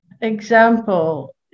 example